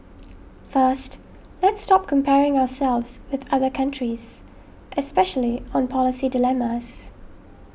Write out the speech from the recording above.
first let's stop comparing ourselves with other countries especially on policy dilemmas